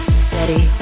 steady